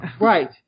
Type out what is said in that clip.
Right